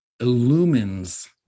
Illumines